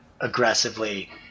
aggressively